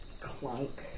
clunk